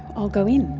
i'll go in.